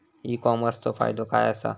E कॉमर्सचो फायदो काय असा?